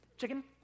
Chicken